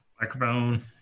Microphone